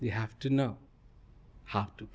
you have to know how to